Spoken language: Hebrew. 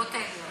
Whatever.